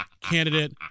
candidate